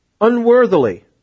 unworthily